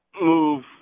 move